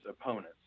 opponents